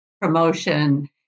promotion